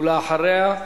אחריה,